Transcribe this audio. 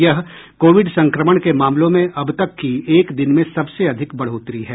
यह कोविड संक्रमण के मामलों में अब तक की एक दिन में सबसे अधिक बढ़ोतरी है